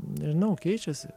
nežinau keičiasi